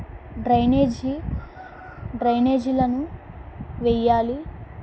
drainage డ్రైనేజీలను వెయ్యాలి